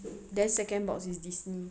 hmm